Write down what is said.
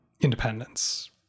independence